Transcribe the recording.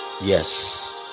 yes